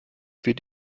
wird